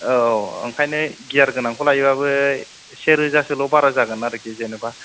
औ ओंखायनो गियार गोनांखौ लायोबाबो से रोजासोल' बारा जागोन आरखि जेनोबा